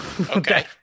okay